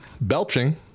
belching